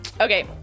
Okay